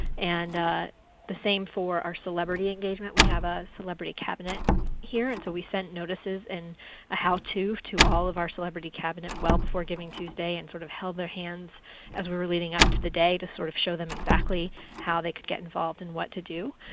and the same for our celebrity engagement. we have a celebrity cabinet here, and so we sent notices and a how to to all of our celebrity cabinet well before givingtuesday, and sort of held their hands as we were leading up to the day to sort of show them exactly how they could get involved and what to do.